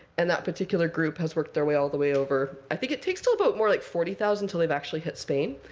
and that particular group has worked their way all the way over. i think it takes till about more like forty thousand till they've actually hit spain.